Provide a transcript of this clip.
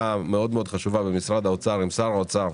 מאוד חשובה במשרד האוצר עם שר האוצר,